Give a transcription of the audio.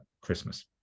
Christmas